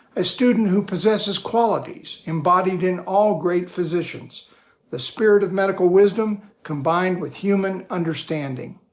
a student who possesses qualities embodied in all great physicians the spirit of medical wisdom combined with human understanding.